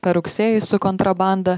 per rugsėjį su kontrabanda